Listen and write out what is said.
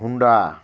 Honda